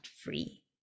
free